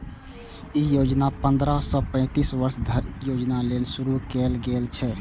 ई योजना पंद्रह सं पैतीस वर्ष धरिक युवा लेल शुरू कैल गेल छै